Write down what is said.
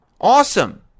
Awesome